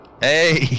Hey